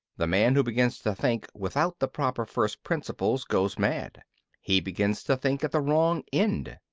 the man who begins to think without the proper first principles goes mad he begins to think at the wrong end.